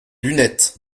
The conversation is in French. lunettes